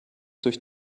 durch